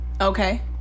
Okay